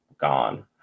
gone